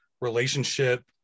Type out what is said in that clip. relationship